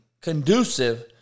conducive